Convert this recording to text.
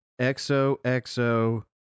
XOXO